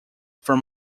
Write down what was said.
from